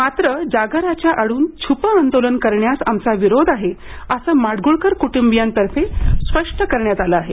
मात्र जागराच्या आडून छुपं आंदोलन करण्यास आमचा विरोध आहे असे माडगूळकर कुटुंबियांतर्फे स्पष्ट करण्यात आलं आहे